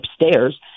upstairs